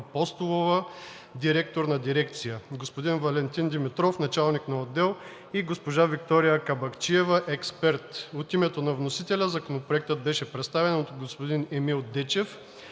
Апостолова – директор на дирекция, господин Валентин Димитров – началник на отдел, и госпожа Виктория Кабакчиева – експерт. От името на вносителя Законопроектът беше представен от господин Емил Дечев,